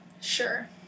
sure